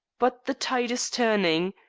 but the tide is turning.